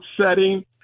setting